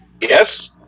Yes